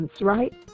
right